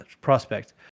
prospect